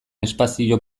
espazio